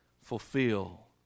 fulfill